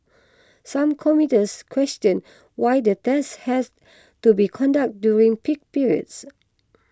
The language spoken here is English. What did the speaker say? some commuters questioned why the tests has to be conducted during peak pirates